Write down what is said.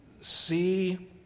see